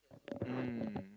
mm